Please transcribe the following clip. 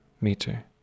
meter